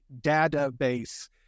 database